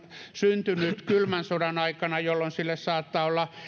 syntynyt kylmän sodan aikana jolloin sille